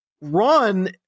run